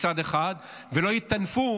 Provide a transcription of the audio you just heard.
מצד אחד, ולא יטנפו